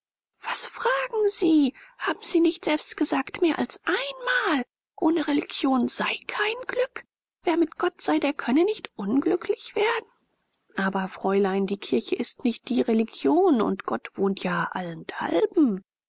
das fragen sie haben sie nicht selbst gesagt mehr als einmal ohne religion sei kein glück wer mit gott sei der könne nicht unglücklich werden aber fräulein die kirche ist nicht die religion und gott wohnt ja